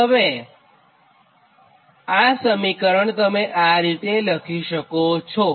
તો હવે આ સમીકરણ તમે આ રીતે લખી શકો છો